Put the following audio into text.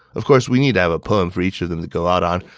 of course, we need to have a poem for each of them to go out on.